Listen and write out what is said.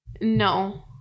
No